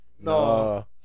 No